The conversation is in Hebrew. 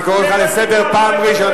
תרד מפה.